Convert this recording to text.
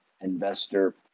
investor